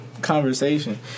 conversation